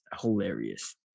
hilarious